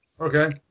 Okay